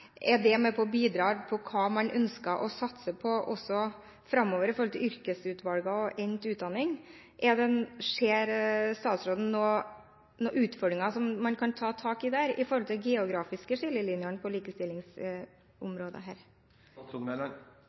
det er også med på å påvirke hva man ønsker å satse på med hensyn til yrkesvalg etter endt utdanning. Ser statsråden noen utfordringer som man kan ta tak i når det gjelder de geografiske skillelinjene på likestillingsområdet?